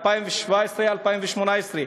2017 2018,